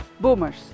Boomers